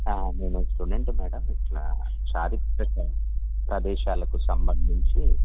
నేను student madam ఇట్లా చారిత్రక ప్రదేశాలకు సంబంధించి